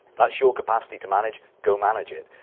that's your capacity to manage. go manage it.